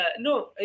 No